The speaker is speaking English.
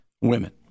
women